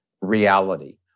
reality